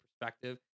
perspective